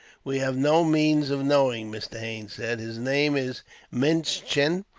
we have no means of knowing, mr. haines said. his name is minchin.